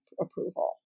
approval